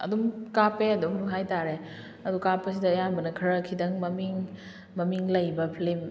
ꯑꯗꯨꯝ ꯀꯥꯞꯄꯦ ꯑꯗꯨꯝ ꯍꯥꯏꯇꯥꯔꯦ ꯑꯗꯨ ꯀꯥꯞꯄꯁꯤꯗ ꯑꯌꯥꯝꯕꯅ ꯈꯔ ꯈꯤꯇꯪ ꯃꯃꯤꯡ ꯃꯃꯤꯡ ꯂꯩꯕ ꯐꯜꯤꯃ